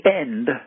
end